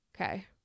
Okay